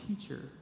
teacher